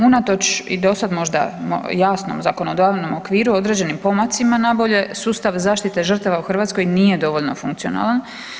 Unatoč i do sad možda jasnom zakonodavnom okviru određenim pomacima na bolje sustav zaštite žrtava u Hrvatskoj nije dovoljno funkcionalan.